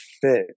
fit